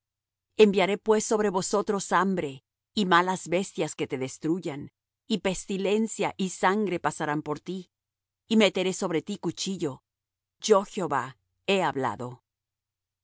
enviaré pues sobre vosotros hambre y malas bestias que te destruyan y pestilencia y sangre pasarán por ti y meteré sobre ti cuchillo yo jehová he hablado